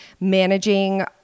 managing